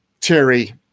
Terry